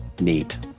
Neat